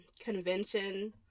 convention